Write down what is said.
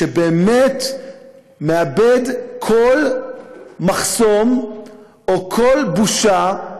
שבאמת מאבד כל מחסום או כל בושה,